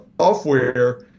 software